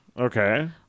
okay